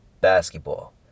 basketball